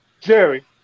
Jerry